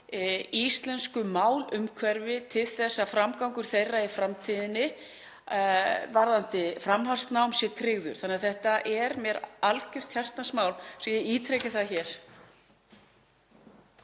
íslensku málumhverfi til þess að framgangur þeirra í framtíðinni varðandi framhaldsnám sé tryggður. Þetta er mér algert hjartans mál, svo ég ítreki það hér.